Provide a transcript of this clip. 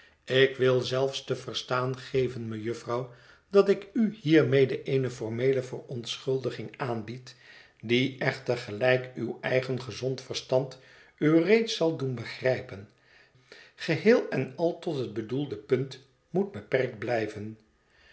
ik wil zelfs te verstaan geven mejufvrouw dat ik u hiermede eene formeele verontschuldiging aanbied die echter gelijk uw eigen gezond verstand u reeds zal doen begrijpen geheel en al tot het bedoelde punt moet beperkt blijven